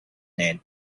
net